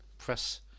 Press